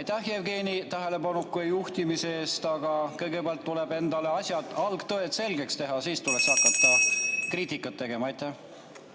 aitäh, Jevgeni, tähelepanu juhtimise eest, aga kõigepealt tuleb endale asjad, algtõed selgeks teha ja alles siis tuleks hakata kriitikat tegema. Aitäh,